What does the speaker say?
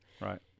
Right